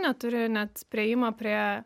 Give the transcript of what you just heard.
neturi net priėjimo prie